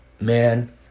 man